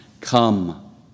Come